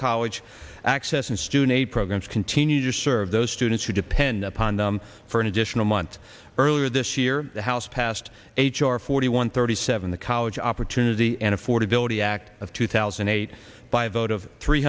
college access and student aid programs continue to serve those students who depend upon them for an additional month earlier this year the house passed h r forty one thirty seven the college opportunity and affordability act of two thousand and eight by a vote of three